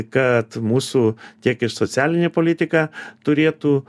kad mūsų tiek ir socialinė politika turėtų